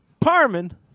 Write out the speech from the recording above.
Parman